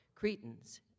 Cretans